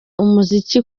umuziki